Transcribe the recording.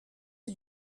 are